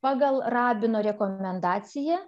pagal rabino rekomendaciją